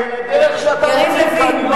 אבל הדרך שאתה מציג כאן היא לא דרכנו.